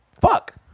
Fuck